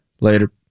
Later